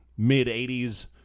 Mid-80s